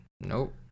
nope